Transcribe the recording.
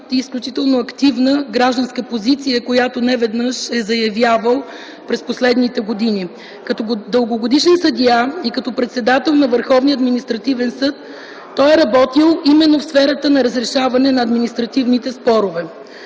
и изключително активна гражданска позиция, която неведнъж е заявявал през последните години. Като дългогодишен съдия и като председател на Върховния административен съд той е работил именно в сферата на разрешаване на административните спорове.